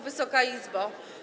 Wysoka Izbo!